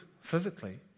physically